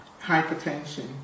hypertension